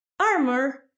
armor